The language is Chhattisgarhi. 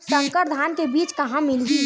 संकर धान के बीज कहां मिलही?